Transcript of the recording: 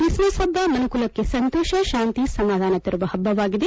Chris ಮಸ್ ಹಬ್ಬ ಮನುಕುಲಕ್ಕೆ ಸಂತೋಷ ಶಾಂತಿ ಸಮಾಧಾನ ತರುವ ಹಬ್ಬವಾಗಿದೆ